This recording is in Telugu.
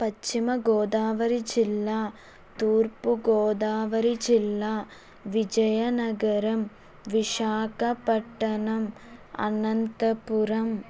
పశ్చిమ గోదావరి జిల్లా తూర్పు గోదావరి జిల్లా విజయనగరం విశాఖపట్నం అనంతపురం